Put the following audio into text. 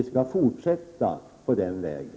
Vi skall fortsätta på den vägen.